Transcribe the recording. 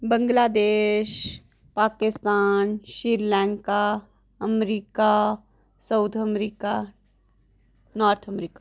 Bangladesh Pakistan Sri Lanka America South America North America